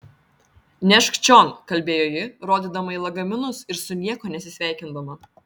nešk čion kalbėjo ji rodydama į lagaminus ir su niekuo nesisveikindama